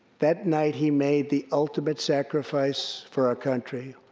that night, he made the ultimate sacrifice for our country.